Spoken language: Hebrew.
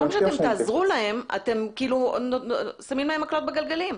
במקום שתעזרו להן, אתם שמים להן מקלות בגלגלים.